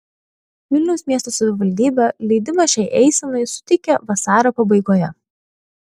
vilniaus miesto savivaldybė leidimą šiai eisenai suteikė vasario pabaigoje